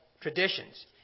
traditions